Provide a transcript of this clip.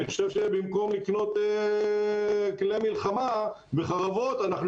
אני חושב שבמקום לקנות כלי מלחמה וחרבות אנחנו